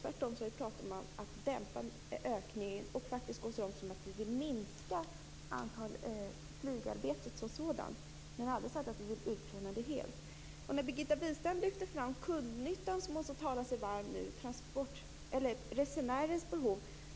Däremot har vi pratat om att dämpa ökningen och faktiskt gå så långt som att minska flygarbetet som sådant. Men vi har aldrig sagt att vi vill utplåna det helt. Birgitta Wistrand talar sig varm för kundnyttan, för resenärens behov.